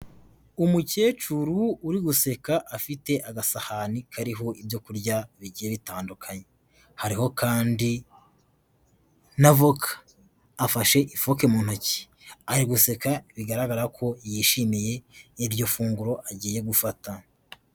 Umukecuru uri guseka afite agasahani kariho ibyo kurya bigiye bitandukanye, hariho kandi n'avoka, afashe ifoke mu ntoki ari guseka, bigaragara ko yishimiye iryo funguro agiye gufata.